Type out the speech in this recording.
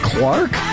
Clark